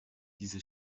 diese